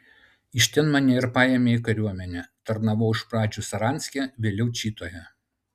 iš ten mane ir paėmė į kariuomenę tarnavau iš pradžių saranske vėliau čitoje